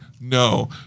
No